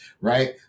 right